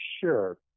Sure